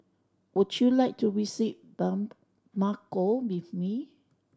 would you like to visit Bamako with me